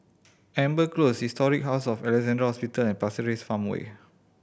Amber Close Historic House of Alexandra Hospital and Pasir Ris Farmway